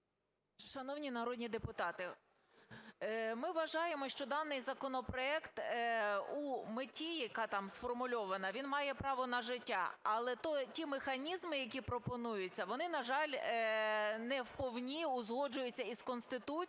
Шановні народні депутати, ми вважаємо, що даний законопроект у меті, яка там сформульована, він має право на життя. Але ті механізми, які пропонуються, вони, на жаль, не в повні узгоджуються і з Конституцією